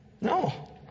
No